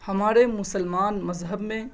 ہمارے مسلمان مذہب میں